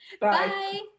Bye